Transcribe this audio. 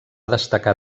destacar